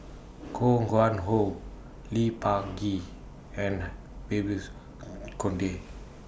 Koh Nguang How Lee Peh Gee and Babes Conde